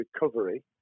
recovery